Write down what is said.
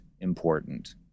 important